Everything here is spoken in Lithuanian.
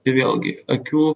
tai vėlgi akių